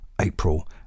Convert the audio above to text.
April